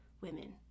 women